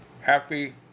Happy